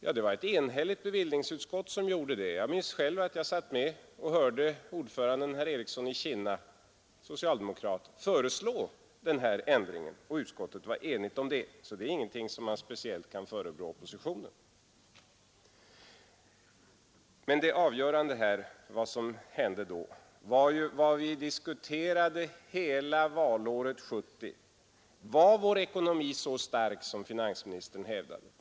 Ja, det var ett enhälligt bevillningsutskott som gjorde det. Jag satt själv med och hörde utskottets ordförande, socialdemokraten herr Ericsson i Kinna, föreslå den ändringen, och utskottet var enigt i det fallet. Det är alltså ingenting som man kan förebrå oppositionen speciellt. Men det avgörande är ju att vad vi hela valåret 1970 diskuterade var huruvida vår ekonomi verkligen var så stark som finansministern hävdade.